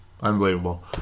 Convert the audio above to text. Unbelievable